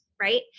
right